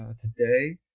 today